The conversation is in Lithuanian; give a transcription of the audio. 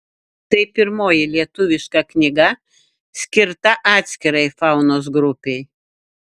tai pirmoji lietuviška knyga skirta atskirai faunos grupei